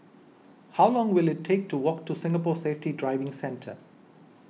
how long will it take to walk to Singapore Safety Driving Centre